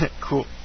Cool